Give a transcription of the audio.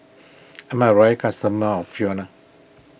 I'm a royal customer of Fiona